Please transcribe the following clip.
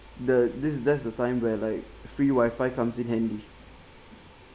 the this there's a time where like free wifi comes in handy